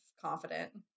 confident